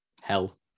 hell